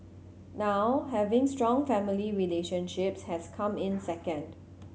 now having strong family relationships has come in second